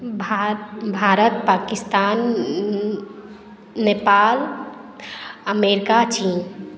भा भारत पाकिस्तान नेपाल अमेरिका चीन